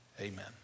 Amen